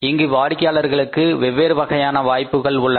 இங்கு வாடிக்கையாளர்களுக்கு வெவ்வேறு வகையான வாய்ப்புகள் உள்ளன